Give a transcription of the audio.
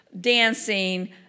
dancing